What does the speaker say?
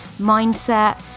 mindset